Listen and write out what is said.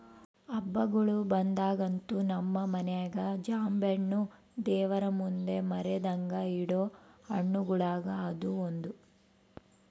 ಹಬ್ಬಗಳು ಬಂದಾಗಂತೂ ನಮ್ಮ ಮನೆಗ ಜಾಂಬೆಣ್ಣು ದೇವರಮುಂದೆ ಮರೆದಂಗ ಇಡೊ ಹಣ್ಣುಗಳುಗ ಅದು ಒಂದು